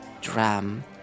drum